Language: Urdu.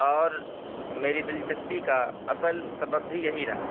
اور میری دلچسپی کا اصل سبب بھی یہی رہا